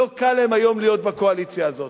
לא קל להם היום להיות בקואליציה הזאת.